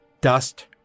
Dust